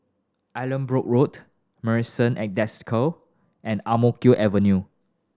Allanbrooke Road Marrison at Desker and Ang Mo Kio Avenue